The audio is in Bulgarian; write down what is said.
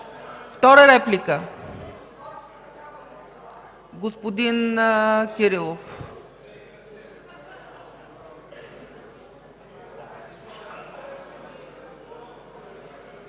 Втора реплика на господин Кирилов?